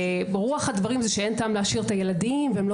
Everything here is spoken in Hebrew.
רוח הדברים זה שאין טעם להשאיר את הילדים והם לא